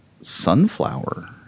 sunflower